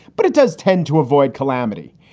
but it does tend to avoid calamity.